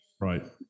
Right